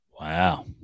Wow